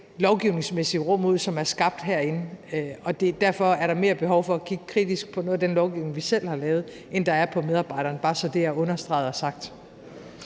lovgivningsmæssige rum ud, som er skabt herinde, og derfor er der mere behov for at kigge kritisk på noget af den lovgivning, vi selv har lavet, end på medarbejderne. Det er bare, så det er understreget og sagt.